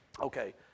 Okay